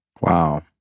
Wow